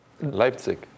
Leipzig